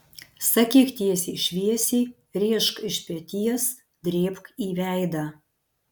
sakyk tiesiai šviesiai rėžk iš peties drėbk į veidą